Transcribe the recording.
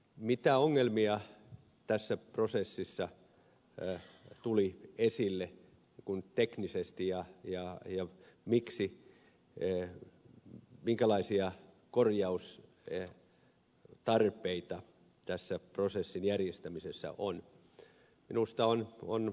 mitä ongelmia tässä prosessissa tuli esille teknisesti ja minkälaisia korjaustarpeita tässä prosessin järjestämisessä on